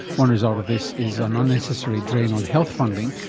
one result of this is an unnecessary drain on health funding,